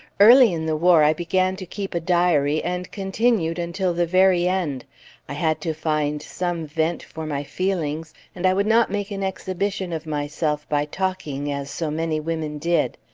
early in the war i began to keep a diary, and continued until the very end i had to find some vent for my feelings, and i would not make an exhibition of myself by talking, as so many women did.